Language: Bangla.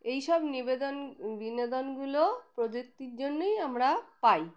এই সব নিবেদন বিনোদনগুলো প্রযুক্তির জন্যই আমরা পাই